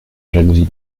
jalousie